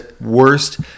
worst